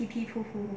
P P full full